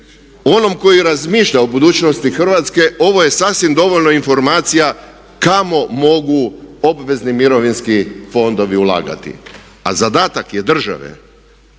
onom koji razmišlja o budućnosti Hrvatske ovo je sasvim dovoljno informacija kamo mogu obvezni mirovinski fondovi ulagati. A zadatak je države